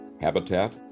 habitat